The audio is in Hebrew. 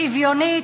שוויונית,